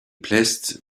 placed